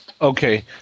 Okay